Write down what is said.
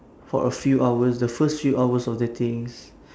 for a few hours the first few hours of the things